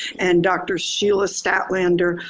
and dr. sheila statlander,